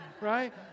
Right